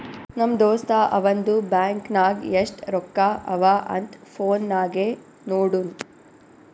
ನಮ್ ದೋಸ್ತ ಅವಂದು ಬ್ಯಾಂಕ್ ನಾಗ್ ಎಸ್ಟ್ ರೊಕ್ಕಾ ಅವಾ ಅಂತ್ ಫೋನ್ ನಾಗೆ ನೋಡುನ್